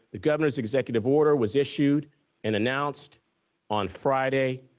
the governor's executive order was issued and announced on friday.